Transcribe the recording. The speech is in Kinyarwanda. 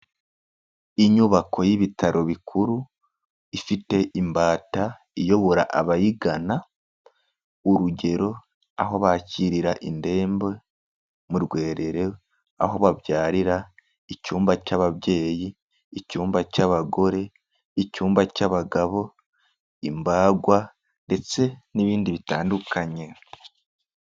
Inyubako y'ibitaro bikuru ifite imbata iyobora abayigana, urugero aho bakirira indembe mu rwerere, aho babyarira, icyumba cy'ababyeyi, icyumba cy'abagore, icyumba cy'abagabo, imbagwa ndetse n'ibindi bitandukanye.